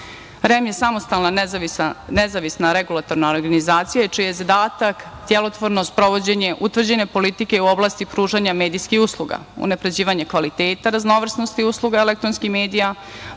REM je samostalna nezavisna regulatorna organizacija čiji je zadatak delotvorno sprovođenje utvrđene politike u oblasti pružanja medijskih usluga, unapređivanje kvaliteta raznovrsnosti usluga elektronskih medija,